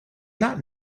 not